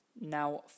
now